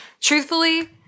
truthfully